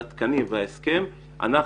בעקבות הגיוס של התקנים וההסכם אנחנו